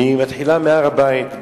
מתחילה מהר-הבית.